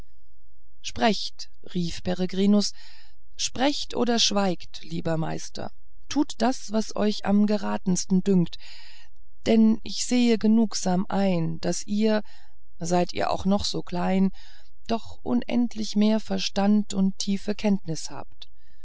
sprecht rief peregrinus sprecht oder schweigt lieber meister tut das was euch am geratensten dünkt denn ich sehe genugsam ein daß ihr seid ihr auch noch so klein doch unendlich mehr verstand und tiefe kenntnis habt